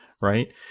right